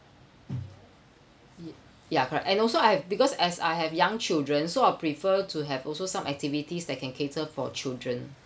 ya correct and also I have because as I have young children so I prefer to have also some activities that can cater for children